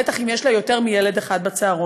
בטח אם יש לה יותר מילד אחד בצהרון.